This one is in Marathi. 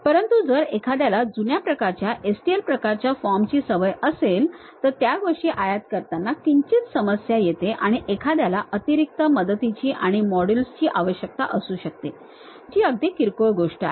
परंतु जर एखाद्याला जुन्या प्रकारच्या STL प्रकारच्या फॉर्म ची सवय असेल तर त्या गोष्टी आयात करताना किंचित समस्या येते आणि एखाद्याला अतिरिक्त मदतीची आणि मॉड्यूल्स ची आवश्यकता असू शकते जी अगदी किरकोळ गोष्ट आहे